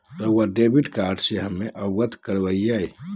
रहुआ debit card से हमें अवगत करवाआई?